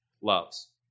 loves